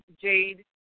Jade